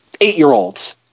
eight-year-olds